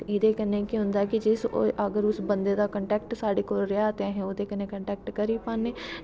एह्दे कन्नैं केह् होंदा कि अगर उस बंदे दा कंटैक्ट रेहा ते ओह्दे कन्नैं कंटैक्ट करी पान्नें